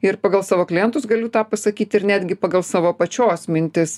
ir pagal savo klientus galiu tą pasakyti ir netgi pagal savo pačios mintis